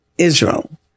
Israel